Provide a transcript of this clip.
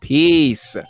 Peace